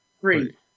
Great